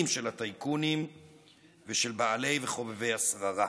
של הטייקונים ושל בעלי וחובבי השררה.